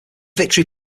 victory